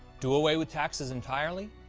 do away with taxes entirely?